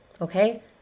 Okay